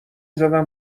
زدم